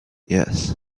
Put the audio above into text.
yes